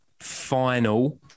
final